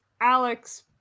Alex